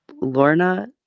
Lorna